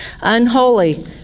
Unholy